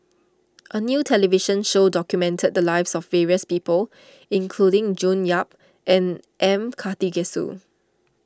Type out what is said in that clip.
a new television show documented the lives of various people including June Yap and M Karthigesu